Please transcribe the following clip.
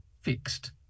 fixed